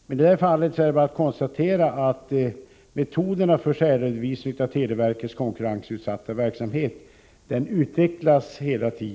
Men i det här fallet är det bara att konstatera att metoderna för särredovisning av televerkets konkurrensutsatta verksamhet hela tiden utvecklas.